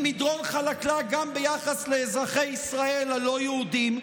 היא מדרון חלקלק גם ביחס לאזרחי ישראל הלא-יהודים,